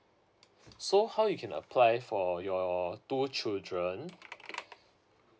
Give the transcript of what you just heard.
so how you can apply for your two children